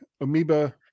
amoeba